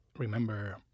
remember